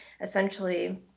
essentially